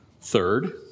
Third